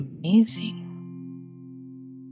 amazing